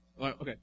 okay